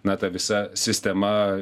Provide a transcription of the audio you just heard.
na ta visa sistema